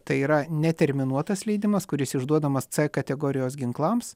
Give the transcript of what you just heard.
tai yra neterminuotas leidimas kuris išduodamas c kategorijos ginklams